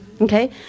Okay